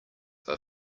are